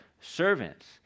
servants